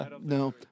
No